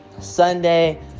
Sunday